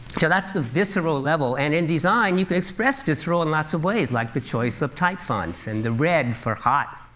so that's the visceral level. and in design, you can express visceral in lots of ways, like the choice of type fonts and the red for hot,